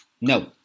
no